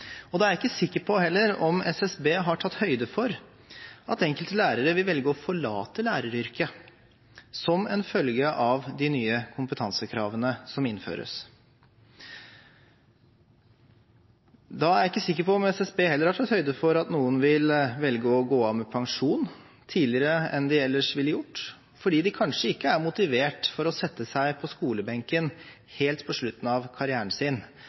Da er jeg ikke sikker på heller om SSB har tatt høyde for at enkelte lærere vil velge å forlate læreryrket som en følge av de nye kompetansekravene som innføres. Da er jeg ikke sikker på om SSB heller har tatt høyde for at noen vil velge å gå av med pensjon tidligere enn de ellers ville gjort, fordi de kanskje ikke er motivert for å sette seg på skolebenken helt på slutten av karrieren sin